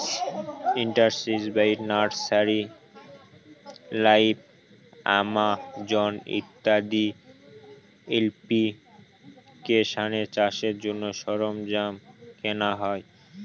industry বাইশ, nursery live, Amazon ইত্যাদি এপ্লিকেশানে চাষের জন্য সরঞ্জাম কেনা হয়